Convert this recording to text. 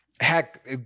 Heck